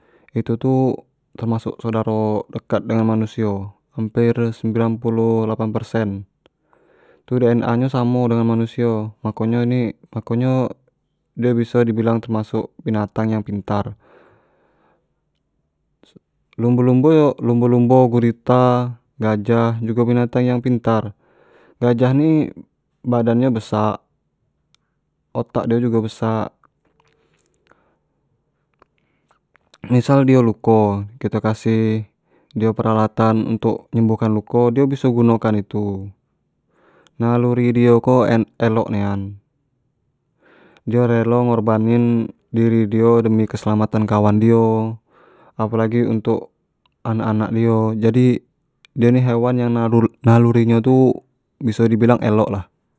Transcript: Itu tu termasuk saudaro dekat dengan manusio, hamper sembilan puluh delapan persen tu dna nyo samo dengan manusio makonyo ini, makonyo di biso di bilang itu termasuk binatang yang pintar, lumbo-lumbo yo-lumbo-lumbo, gurita, gajah, jugo binatang yang pintar, gajah ni badan nyo besak, otak dio jugo besak, misal dio luko kito kasih dio peralatan untuk nyembuhkan luko dio biso gunokan itu, naluri dio ko elok nian, dio relo ngorbanin diri dio demi keselamatan kawan dio, apolagi untuk anak-anak dio, jadi dio ni hewan yang nalu-naluri nyo tu biso di bilang elok lah.